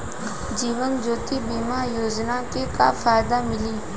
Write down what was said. जीवन ज्योति बीमा योजना के का फायदा मिली?